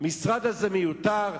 המשרד הזה מיותר,